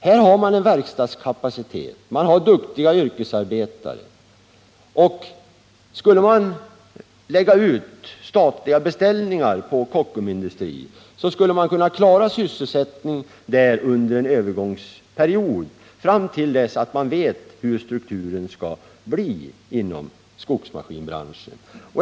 Man har verkstadskapacitet, man har duktiga yrkesarbetare, och skulle man lägga ut statliga beställningar på Kockums Industri AB skulle man kunna klara sysselsättningen under en övergångsperiod fram till dess att man vet hur strukturen skall bli inom skogsmaskinbranschen.